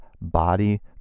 body